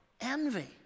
envy